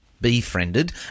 Befriended